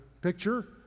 picture